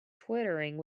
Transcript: twittering